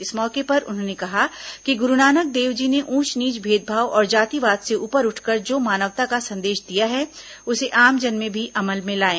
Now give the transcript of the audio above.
इस मौके पर उन्होंने कहा कि गुरूनानक देवजी ने ऊंच नीच भेदभाव और जातिवाद से ऊपर उठकर जो मानवता का संदेश दिया है उसे आमजन भी अमल में लाएं